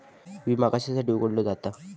विमा कशासाठी उघडलो जाता?